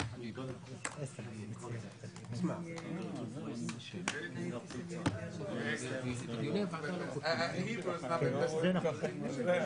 בשעה 13:35.